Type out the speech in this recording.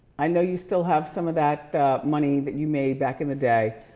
i know you still have some of that money that you made back in the day,